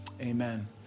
Amen